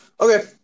Okay